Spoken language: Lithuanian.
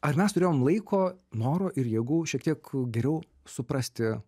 ar mes turėjom laiko noro ir jėgų šiek tiek geriau suprasti